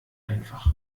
einfach